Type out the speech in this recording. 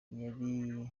yari